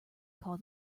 call